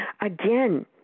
Again